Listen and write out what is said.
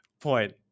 point